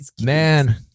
man